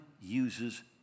uses